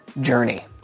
journey